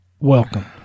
Welcome